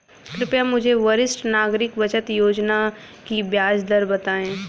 कृपया मुझे वरिष्ठ नागरिक बचत योजना की ब्याज दर बताएं